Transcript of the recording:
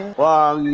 wow.